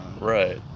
right